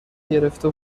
گرفته